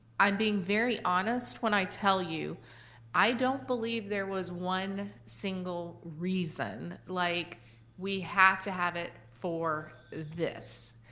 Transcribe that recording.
i'm being very honest when i tell you i don't believe there was one single reason like we have to have it for this.